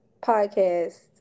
podcast